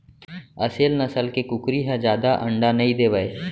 असेल नसल के कुकरी ह जादा अंडा नइ देवय